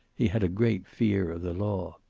he had a great fear of the law.